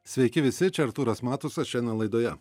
sveiki visi čia artūras matusas šiandien laidoje